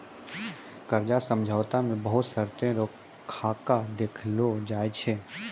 कर्जा समझौता मे बहुत शर्तो रो खाका देलो जाय छै